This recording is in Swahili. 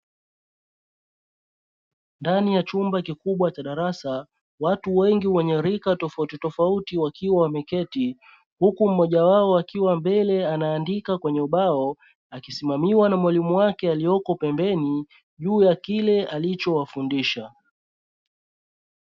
Ndani ya chumba cha darasa, watu wengi wenye rika tofautitofauti wakiwa wameketi, huku mmoja wao akiwa mbele anaandika kwenye ubao akisimamiwa na mwalimu wake aliyeko pembeni, juu ya kile alichowafundisha.